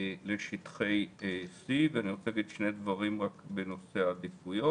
לשטחי C ואני רוצה לומר שני דברים בנושא העדיפויות.